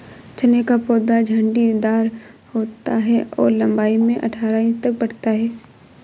चने का पौधा झाड़ीदार होता है और लंबाई में अठारह इंच तक बढ़ता है